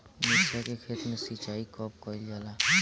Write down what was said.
मिर्चा के खेत में सिचाई कब कइल जाला?